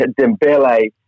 Dembele